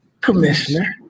Commissioner